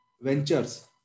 ventures